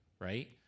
right